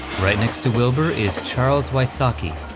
right next to wilbur is charles wysocki.